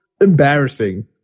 embarrassing